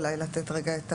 אלא אולי לתת את המודל,